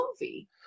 movie